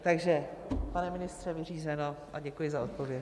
Takže pane ministře, vyřízeno a děkuji za odpověď.